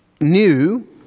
new